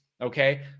okay